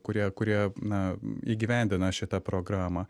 kurie kurie na įgyvendina šitą programą